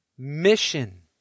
Mission